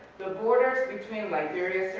the borders between liberia,